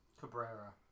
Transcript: Cabrera